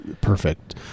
perfect